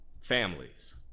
Families